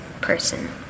person